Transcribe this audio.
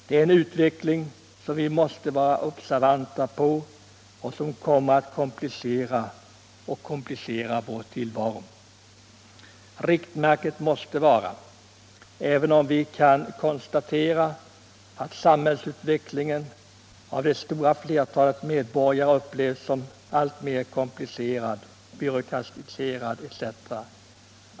Det är en utveckling som vi måste vara observanta på och som komplicerar och kommer att komplicera vår tillvaro. Riktmärket måste vara —-även om vi kan konstatera att samhällsutvecklingen av det stora flertalet medborgare upplevs som alltmer komplicerad, byråkratiserad etc.